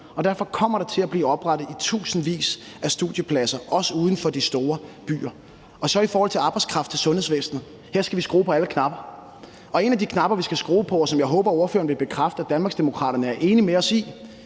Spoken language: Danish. Derfor kommer der til at blive oprettet i tusindvis af studiepladser, også uden for de store byer. Så vil jeg sige i forhold til arbejdskraft til sundhedsvæsenet, at her skal vi skrue på alle knapper. En af de knapper, vi skal skrue på, og som jeg håber ordføreren vil bekræfte at Danmarksdemokraterne er i enige med os i,